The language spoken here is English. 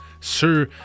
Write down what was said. Sir